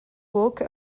book